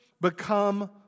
become